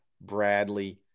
Bradley